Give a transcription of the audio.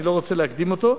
אני לא רוצה להקדים אותו.